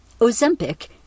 Ozempic